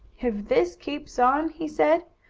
if this keeps on, he said,